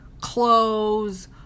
clothes